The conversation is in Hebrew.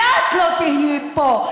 ואת לא תהיי פה.